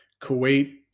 Kuwait